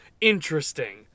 Interesting